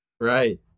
Right